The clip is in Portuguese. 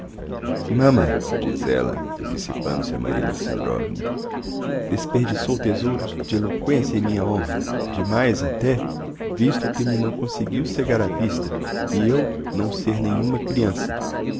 diz ella antecipando se a maria alexandrovna desperdiçou thesouros de eloquencia em minha honra de mais até visto que me não conseguiu cegar a vista e eu não ser nenhuma creança